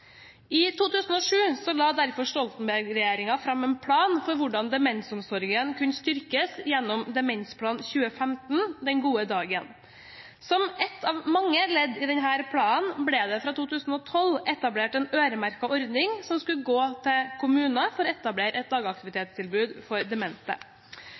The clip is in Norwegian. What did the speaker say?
I 2007 la derfor Stoltenberg-regjeringen fram en plan for hvordan demensomsorgen kunne styrkes gjennom Demensplan 2015 «Den gode dagen». Som et av mange ledd i denne planen ble det fra 2012 etablert en øremerket ordning som skulle gå til kommuner for å etablere et dagaktivitetstilbud for demente.